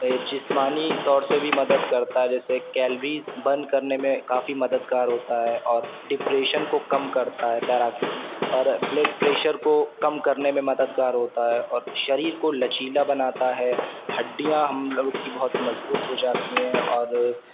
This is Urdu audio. جسمانی طور سے بھی مدد کرتا ہے جیسے کیلریز برن کرنے میں کافی مددگار ہوتا ہے اور ڈپریشن کو کم کرتا ہے تیراکی اور بلڈ پریشر کو کم کرنے میں مددگار ہوتا ہے اور شریر کو لچیلا بناتا ہے ہڈیاں ہم لوگوں کی بہت مضبوط ہو جاتی ہیں اور